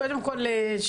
קודם כל שתדעי,